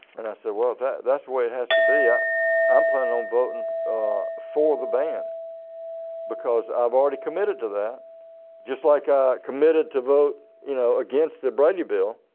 and i said well that's where it has to be ah i'm planning on voting for the ban because i've already committed to that just like i ah committed to vote you know against the brady bill,